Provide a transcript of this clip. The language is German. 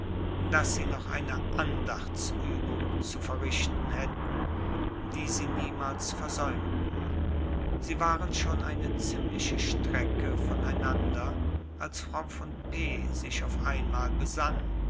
daß sie noch eine andachtsübung zu verrichten hätten die sie niemals versäumten sie waren schon eine ziemliche strecke von einander als frau von p sich auf einmal besann